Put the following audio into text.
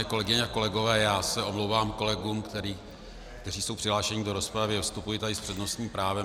Vážené kolegyně a kolegové, já se omlouvám kolegům, kteří jsou přihlášeni do rozpravy, vystupuji tady s přednostním právem.